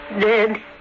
Dead